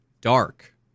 dark